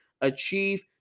achieve